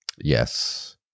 Yes